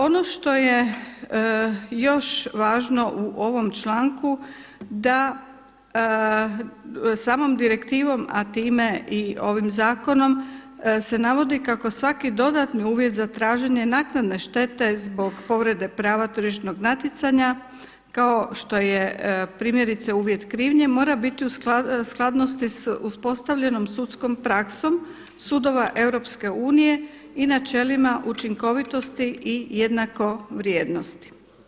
Ono što je još važno u ovom članku da samom direktivom a time i ovim zakonom se navodi kako svaki dodatni uvjet za traženje naknadne štete zbog povrede prava tržišnog natjecanja kao što je primjerice uvjet krivnje mora biti u skladnosti s uspostavljenom sudskom praksom sudova EU i načelima učinkovitosti i jednako vrijednosti.